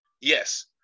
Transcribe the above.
Yes